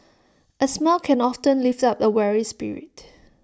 A smile can often lift up A weary spirit